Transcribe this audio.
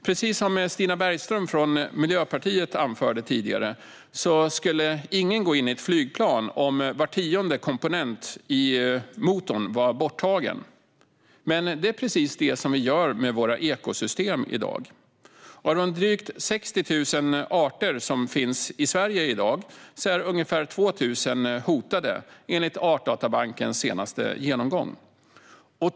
Precis som Stina Bergström från Miljöpartiet anförde tidigare skulle ingen gå in i ett flygplan om var tionde komponent i motorn var borttagen. Men det är precis det vi gör med våra ekosystem i dag. Av de drygt 60 000 arter som finns i Sverige är ungefär 2 000 hotade, enligt Artdatabankens senaste genomgång.